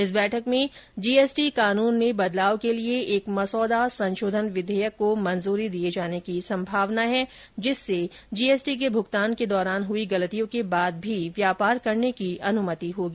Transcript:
इस बैठक में जीएसटी कानून में बदलाव के लिए एक मसौदा संशोधन विधेयक को मंजूरी दिए जाने की संभावना है जिससे जीएसटी के भूगतान के दौरान हुई गलतियों के बाद भी व्यापार करने की अनुमति होगी